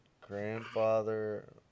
grandfather